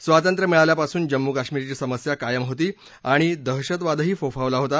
स्वातंत्र्य मिळाल्यापासून जम्मू कश्मीरची समस्या कायम होती आणि दहशतवादही फोफावला होता